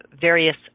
various